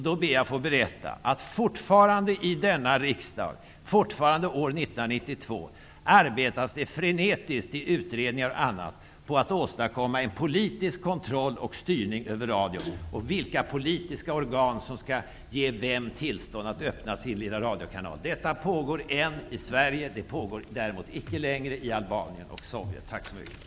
Då ber jag att få berätta att fortfarande år 1992 arbetas det frenetiskt i utredningar och på andra håll på att åstadkomma politisk kontroll och styrning över radion och föreskriva vilka politiska organ som skall ge vem tillstånd att öppna sin lilla radiokanal. Detta pågår än i Sverige. Det pågår däremot inte längre i Albanien och Sovjet.